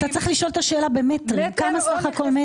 אתה צריך לשאול את השאלה במטרים; כמה מטרים בסך הכל,